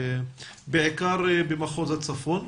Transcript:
בעיקר באזור הצפון.